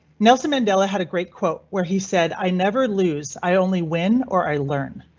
nelson mandela had a great quote where he said i never lose. i only win or i learn.